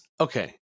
okay